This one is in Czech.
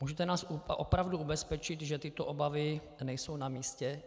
Můžete nás opravdu ubezpečit, že tyto obavy nejsou namístě?